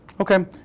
Okay